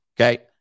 Okay